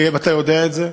ואתה יודע את זה.